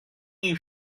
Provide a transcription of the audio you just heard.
you